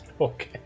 Okay